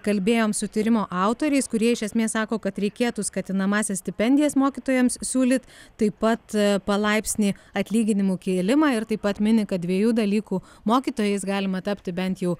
kalbėjom su tyrimo autoriais kurie iš esmės sako kad reikėtų skatinamąsias stipendijas mokytojams siūlyt taip pat palaipsnį atlyginimų kėlimą ir taip pat mini kad dviejų dalykų mokytojais galima tapti bent jau